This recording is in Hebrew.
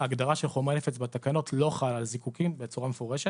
ההגדרה של חומרי נפץ בתקנות לא חלה על זיקוקין בצורה מפורשת.